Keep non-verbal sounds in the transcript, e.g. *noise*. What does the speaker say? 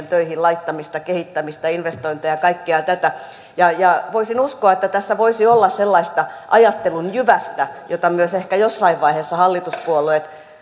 *unintelligible* töihin laittamista kehittämistä investointeja ja kaikkea tätä voisin uskoa että tässä voisi olla sellaista ajattelun jyvästä johon myös ehkä jossain vaiheessa hallituspuolueet *unintelligible*